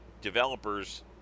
developers